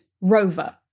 rover